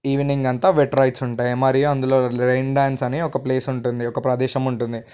evening అంతా wet rides ఉంటాయి మరియు అందులో రైన్ డ్యాన్స్ ఒక ప్లేస్ ఉంటుంది ఒక ప్రదేశం ఉంటుంది